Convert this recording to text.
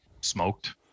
smoked